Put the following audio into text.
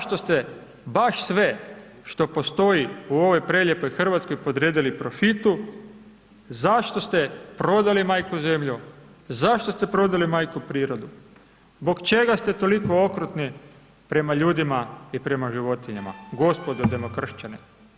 Zašto ste baš sve što postoji u ovoj prelijepoj Hrvatskoj, podredili profitu, zašto ste prodali majku Zemlju, zašto ste prodali majku prirodu, zbog čega ste toliko okrutni prema ljudima i prema životinjama, gospodo demokršćani?